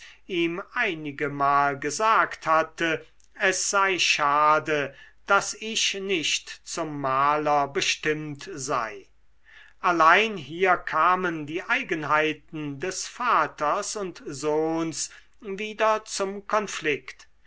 ihm einigemal gesagt hatte es sei schade daß ich nicht zum maler bestimmt sei allein hier kamen die eigenheiten des vaters und sohns wieder zum konflikt